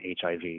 HIV